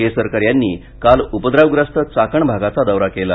केसरकर यांनी काल उपद्रवग्रस्त चाकण भागाचा दौरा केला